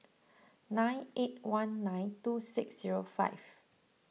nine eight one nine two six zero five